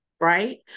right